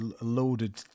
loaded